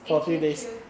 eh true true